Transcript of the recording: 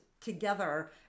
together